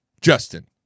Justin